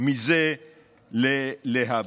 מזה להבא.